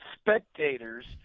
spectators